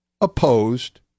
opposed